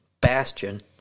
bastion